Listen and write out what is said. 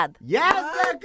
Yes